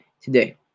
today